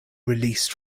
released